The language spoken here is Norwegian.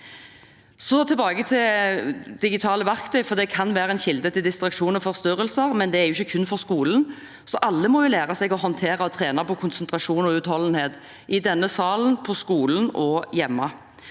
tilbake til digitale verktøy, for de kan være en kilde til distraksjon og forstyrrelser, men det er ikke kun i skolen. Alle må lære seg å håndtere og trene på konsentrasjon og utholdenhet – i denne salen, på skolen og hjemme.